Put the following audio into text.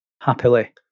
happily